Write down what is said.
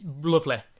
Lovely